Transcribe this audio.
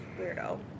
Weirdo